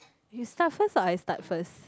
you start first or I start first